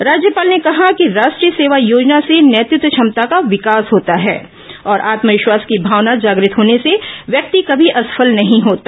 राज्यपाल ने कहा कि राष्ट्रीय सेवा योजना से नेतत्व क्षमता का विकास होता है और आत्मविश्वास की भावना जागत होने से व्यक्ति कमी असफल नहीं होता